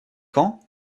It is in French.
quand